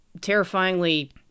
terrifyingly